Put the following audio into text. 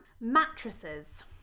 mattresses